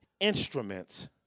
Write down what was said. instruments